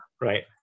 Right